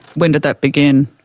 when did that begin?